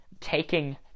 taking